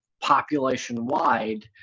population-wide